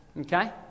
Okay